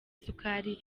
isukari